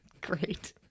Great